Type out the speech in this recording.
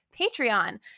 Patreon